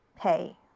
pay